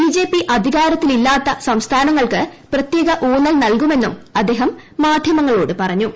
B J P അധികാരത്തിലില്ലാത്ത സംസ്ഥാനങ്ങൾക്ക് പ്രത്യേക ഊന്നൽ നൽകുമെന്നും അദ്ദേഹം മാധ്യമങ്ങളോട് പറഞ്ഞു